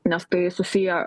nes tai susiję